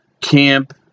camp